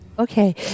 Okay